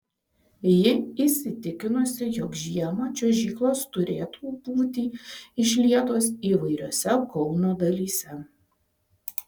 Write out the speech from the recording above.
ji įsitikinusi jog žiemą čiuožyklos turėtų būti išlietos įvairiose kauno dalyse